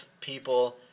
people